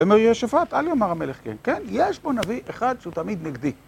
אומר יהושפט, אל יאמר המלך כן. כן? יש פה נביא אחד שהוא תמיד נגדי.